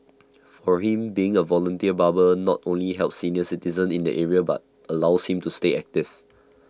for him being A volunteer barber not only helps senior citizens in the area but allows him to stay active